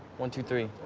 one, two, three.